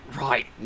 Right